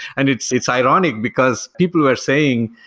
and it's it's ironic, because people were saying,